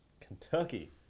kentucky